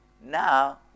now